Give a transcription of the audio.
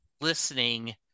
listening